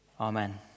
Amen